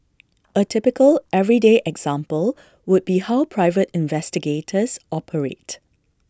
A typical everyday example would be how private investigators operate